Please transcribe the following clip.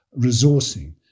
resourcing